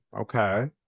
Okay